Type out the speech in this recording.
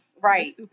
Right